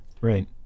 Right